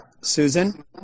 Susan